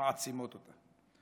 מעצימות אותה.